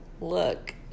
look